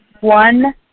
one